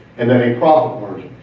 and then a profit margin,